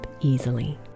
easily